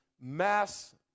mass